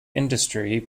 industry